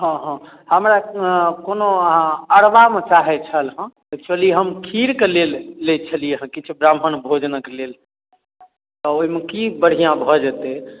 हँ हँ हमरा कोनो अहाँ अरबामे चाहै छल हँ एक्चुअली हम खीरके लेल लै छलियै हँ किछु ब्राह्मण भोजनक लेल आ ओहिमे की बढ़िआँ भऽ जेतै